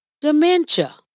dementia